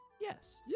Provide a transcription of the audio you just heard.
Yes